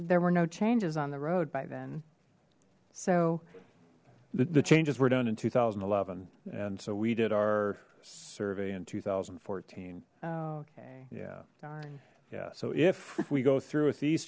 there were no changes on the road by then so the changes were done in two thousand and eleven and so we did our survey in two thousand and fourteen yeah yeah so if we go through with these